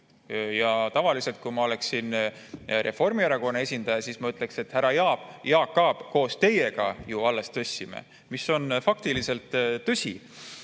juba tõstsime. Kui ma oleksin Reformierakonna esindaja, siis ma ütleksin, et härra Jaak Aab, koos teiega ju alles tõstsime, mis on faktiliselt tõsi.